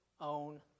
own